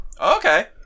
Okay